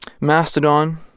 Mastodon